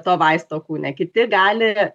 to vaisto kūne kiti gali